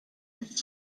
nicht